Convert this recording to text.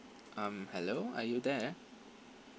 um hello are you there